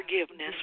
forgiveness